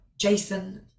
Jason